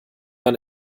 man